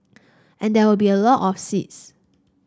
and there will be a lot of seeds